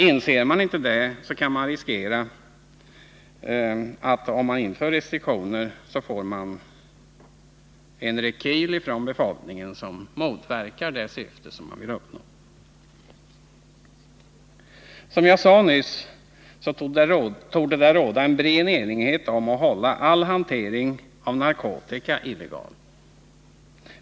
Inser man inte detta, kan den restriktiva alkoholpolitiken bli utsatt för en rekyl från befolkningen som motverkar det syfte man vill uppnå. Som jag nyss sade torde det råda en bred enighet om att all hantering av narkotika bör hållas för illegal.